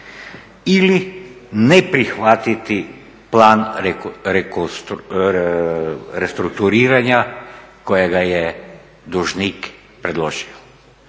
ili ne prihvatiti plan restrukturiranja kojega je dužnik predložio.